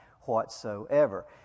whatsoever